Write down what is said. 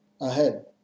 ahead